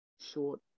short